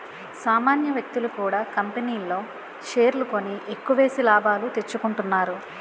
సామాన్య వ్యక్తులు కూడా కంపెనీల్లో షేర్లు కొని ఎక్కువేసి లాభాలు తెచ్చుకుంటున్నారు